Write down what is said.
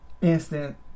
Instant